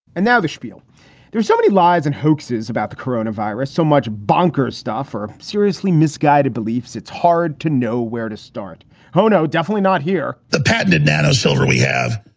and now the spiel there's so many lies and hoaxes about the corona virus, so much bunker stoffer, seriously misguided beliefs, it's hard to know where to start hono. definitely not here a patented nanosolar we have.